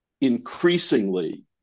increasingly